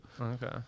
okay